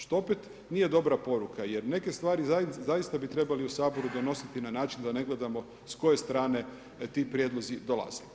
Što opet nije dobra poruka jer neke stvari zaista bi trebali u Saboru donositi na način da ne gledamo s koje strane ti prijedlozi dolaze.